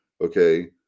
okay